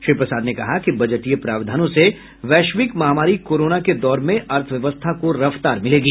श्री प्रसाद ने कहा कि बजटीय प्रावधानों से वैश्विक महामारी कोरोना के दौर में अर्थव्यवस्था को रफ्तार मिलेगी